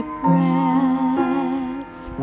breath